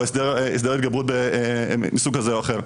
או הסדר התגברות מסוג כזה או אחר.